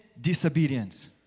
disobedience